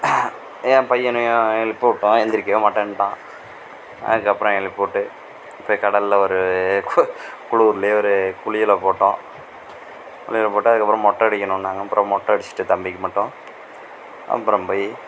என் பையனயும் எழுப்பி விட்டோம் எழுந்திரிக்கவே மாட்டேன்ட்டான் அதுக்கு அப்புறம் எழுப்பி விட்டு போய் கடலில் ஒரு குளுர்லேயே ஒரு குளியலை போட்டோம் குளியலை போட்டு அதுக்கு அப்புறம் மொட்டை அடிக்கணுன்னாங்க அப்புறம் மொட்டை அடிச்சுட்டு தம்பிக்கு மட்டும் அப்புறம் போய்